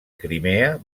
crimea